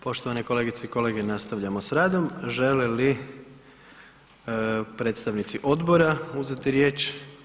Poštovane kolegice i kolege, nastavljamo s radom, žele li predstavnici odbora uzeti riječ?